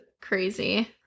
crazy